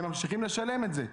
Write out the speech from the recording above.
הם ממשיכים לשלם את זה.